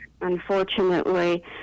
unfortunately